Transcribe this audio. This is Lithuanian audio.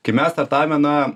kai mes startavome na